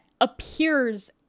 appears